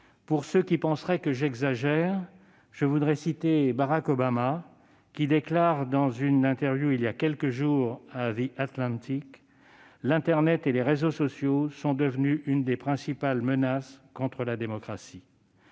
Pour ceux qui penseraient que j'exagère, je citerai Barack Obama, qui a déclaré lors d'un entretien donné il y a quelques jours à :« L'internet et les réseaux sociaux sont devenus une des principales menaces contre la démocratie.